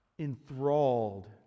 enthralled